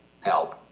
help